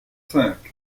cinq